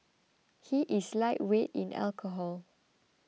he is lightweight in alcohol